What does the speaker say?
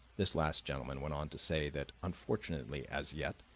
this last gentleman went on to say that unfortunately, as yet,